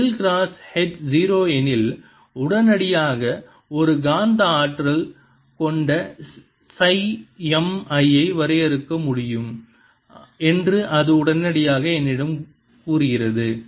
del cross H 0 எனில் உடனடியாக ஒரு காந்த ஆற்றல் கொண்ட சை M ஐ வரையறுக்க முடியும் என்று அது உடனடியாக என்னிடம் கூறுகிறது